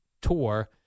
tour